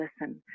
listen